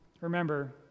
Remember